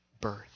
birth